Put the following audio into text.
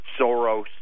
Soros